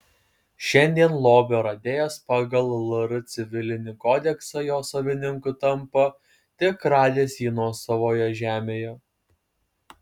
šiandien lobio radėjas pagal lr civilinį kodeksą jo savininku tampa tik radęs jį nuosavoje žemėje